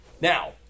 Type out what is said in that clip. now